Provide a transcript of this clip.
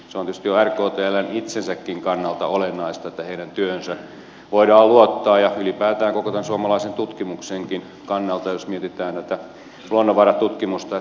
se on tietysti jo rktln itsensäkin kannalta olennaista että heidän työhönsä voidaan luottaa ja ylipäätään koko tämän suomalaisen tutkimuksenkin kannalta jos mietitään tätä luonnonvaratutkimusta